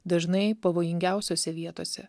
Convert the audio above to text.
dažnai pavojingiausiose vietose